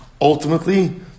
ultimately